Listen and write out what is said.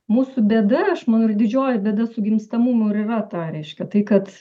mūsų bėda aš manau yra didžioji bėda su gimstamumu ir yra ta reiškia tai kad